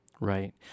Right